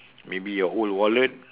maybe your old wallet